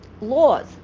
laws